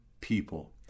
people